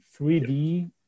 3D